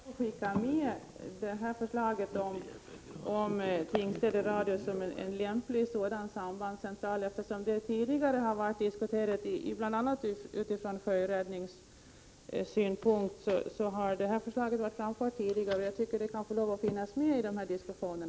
Herr talman! Låt mig i alla fall få skicka med förslaget om Tingstäde Radio som en lämplig samarbetscentral, eftersom det tidigare har diskuterats bl.a. från sjöräddningssynpunkt. Jag tycker därför att förslaget kan få finnas med i dessa diskussioner.